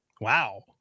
Wow